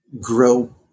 grow